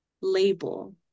label